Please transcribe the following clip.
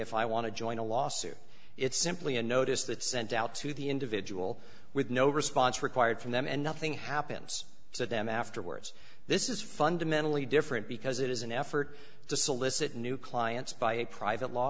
if i want to join a lawsuit it's simply a notice that sent out to the individual with no response required from them and nothing happens to them afterwards this is fundamentally different because it is an effort to solicit new clients by a private law